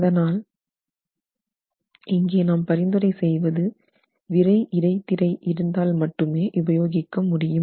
அதனால் இங்கே நாம் பரிந்துரை செய்வது விறை இடைத்திரை இருந்தால் மட்டுமே உபயோகிக்க முடியும்